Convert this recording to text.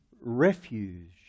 refuge